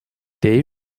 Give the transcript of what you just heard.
dave